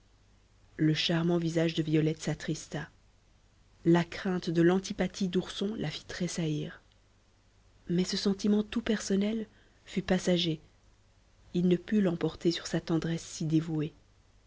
le charmant visage de violette s'attrista la crainte de l'antipathie d'ourson la fit tressaillir mais ce sentiment tout personnel fut passager il ne put l'emporter sur sa tendresse si dévouée